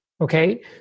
Okay